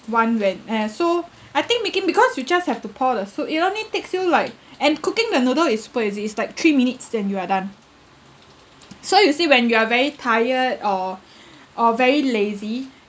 one when uh so I think making because you just have to pour the soup it only takes you like and cooking the noodle is super easy is like three minutes then you are done so you see when you are very tired or or very lazy